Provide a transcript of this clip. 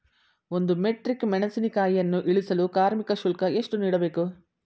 ಒಂದು ಮೆಟ್ರಿಕ್ ಮೆಣಸಿನಕಾಯಿಯನ್ನು ಇಳಿಸಲು ಕಾರ್ಮಿಕ ಶುಲ್ಕ ಎಷ್ಟು ನೀಡಬೇಕು?